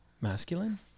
masculine